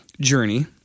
Journey